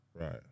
Right